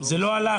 זה לא הלך,